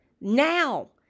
Now